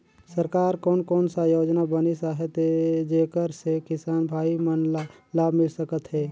सरकार कोन कोन सा योजना बनिस आहाय जेकर से किसान भाई मन ला लाभ मिल सकथ हे?